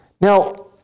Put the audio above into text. Now